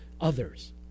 others